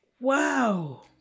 wow